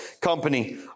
company